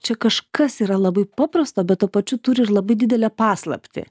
čia kažkas yra labai paprasta bet tuo pačiu turi ir labai didelę paslaptį